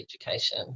Education